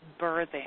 birthing